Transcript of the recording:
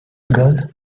girl